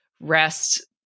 rest